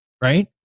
right